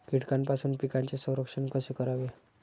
कीटकांपासून पिकांचे संरक्षण कसे करावे?